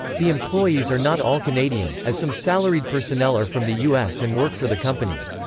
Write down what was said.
the employees are not all canadian, as some salaried personnel are from the u s. and work for the company.